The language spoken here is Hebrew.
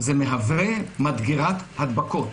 זה מהווה מדגרת הדבקות.